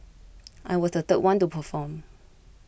I was the third one to perform